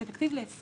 הוא תקציב ל-2020.